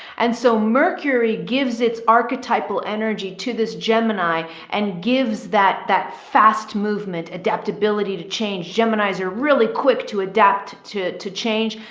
and so mercury gives its archetypal energy to this gemini and gives that, that fast movement, adaptability to change geminis are really quick to adapt to to change.